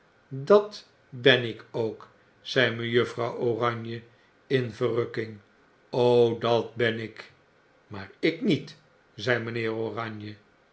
dat ben ik ook zei mejuffrouw oranje in verrukking dat ben ikl lk niet zei mynheer oranje